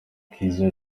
gukiza